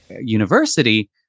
university